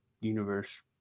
universe